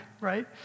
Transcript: right